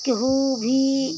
केहू भी